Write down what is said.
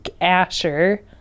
Asher